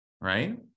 right